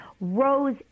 Rose